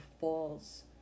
falls